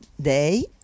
day